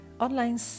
online